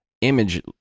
image